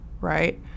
right